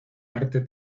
arte